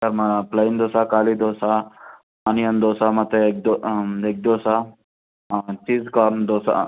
plain dosa ಖಾಲಿ dosa onion dosa ಮತ್ತು egg egg dosa cheese corn dosa